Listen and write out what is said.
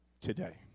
Today